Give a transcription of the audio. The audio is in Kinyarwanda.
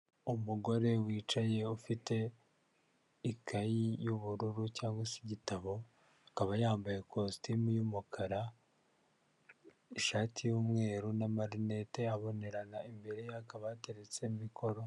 Umugore wicaye ufite ikayi y'ubururu cyangwa se igitabo, akaba yambaye ikositimu y'umukara, ishati y'umweru n'amarinete abonerana, imbere hakaba hateretse mikoro.